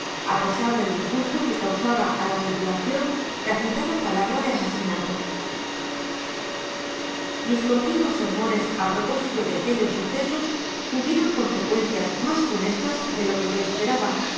á pesar del disgusto que causaba á la tripulacion la citada palabra de asesinato mis continuos sermones á propósito de aquellos sucesos tuvieron consecuencias mas funestas de lo que yo esperaba